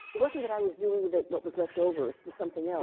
it wasn't that i was doing what was left over, the something else.